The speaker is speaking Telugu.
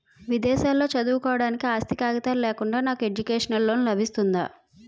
విదేశాలలో చదువుకోవడానికి ఆస్తి కాగితాలు లేకుండా నాకు ఎడ్యుకేషన్ లోన్ లబిస్తుందా?